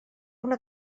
una